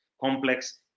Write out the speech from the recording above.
complex